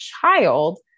child